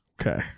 okay